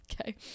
Okay